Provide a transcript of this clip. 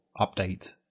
update